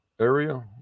area